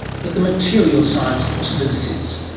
but the materials science possibilities.